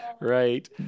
Right